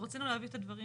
רצינו להביא את הדברים